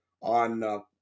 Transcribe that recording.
on